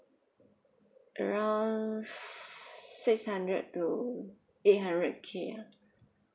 around six hundred to eight hundred K ah